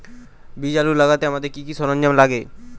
বীজ আলু লাগাতে আমাদের কি কি সরঞ্জাম লাগে?